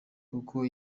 kuko